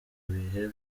bihe